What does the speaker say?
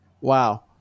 Wow